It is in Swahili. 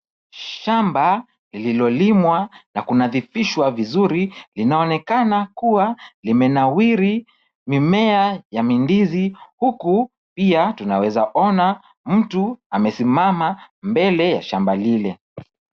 Shamba, lililolimwa na kunadhifishwa vizuri linaonekana kuwa limenawiri mimea ya mingizi huku pia tunawezaona mtu amesimama mbele ya shamba lile.